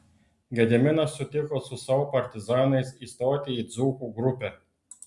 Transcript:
gediminas sutiko su savo partizanais įstoti į dzūkų grupę